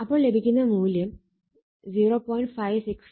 അപ്പോൾ ലഭിക്കുന്ന മൂല്യം 0